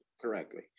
correctly